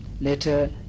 later